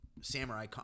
samurai